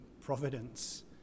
providence